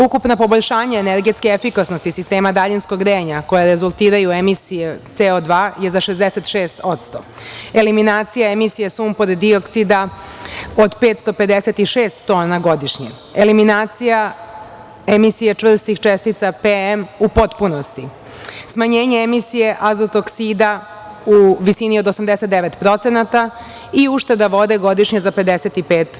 Ukupna poboljšanja energetske efikasnosti sistema daljinskog grejanja koja rezultiraju emisije CO2 je za 66%, eliminacija emisije sumpor-dioksida od 556 tona godišnje, eliminacija emisije čvrstih čestica PM u potpunosti, smanjenje emisije azot-oksida u visini od 89% i ušteda vode godišnje za 55%